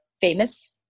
famous